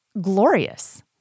glorious